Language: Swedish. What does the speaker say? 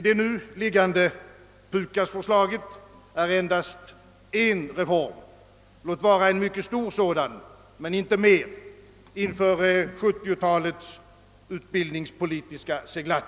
Det nu föreliggande PUKAS-förslaget gäller endast en reform, låt vara en mycket stor sådan, inför 1970-talets utbildningspolitiska seglats.